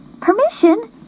Permission